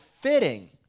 fitting